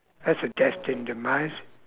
that's a destined demise